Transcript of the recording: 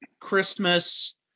Christmas